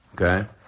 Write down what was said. okay